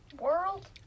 World